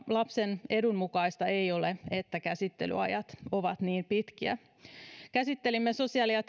lapsen edun mukaista ei ole että käsittelyajat ovat niin pitkiä käsittelimme sosiaali ja